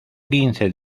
quince